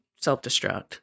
self-destruct